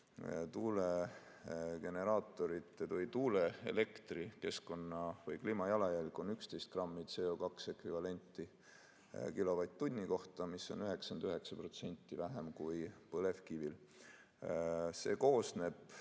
tuuleelektri keskkonna‑ või kliimajalajälg on 11 grammi CO2ekvivalenti kilovatt-tunni kohta, mida on 99% vähem kui põlevkivil. See tuleneb